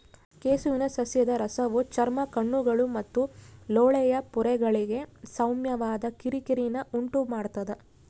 ಕೆಸುವಿನ ಸಸ್ಯದ ರಸವು ಚರ್ಮ ಕಣ್ಣುಗಳು ಮತ್ತು ಲೋಳೆಯ ಪೊರೆಗಳಿಗೆ ಸೌಮ್ಯವಾದ ಕಿರಿಕಿರಿನ ಉಂಟುಮಾಡ್ತದ